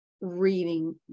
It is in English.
reading